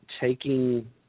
taking